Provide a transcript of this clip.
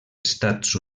estats